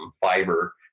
fiber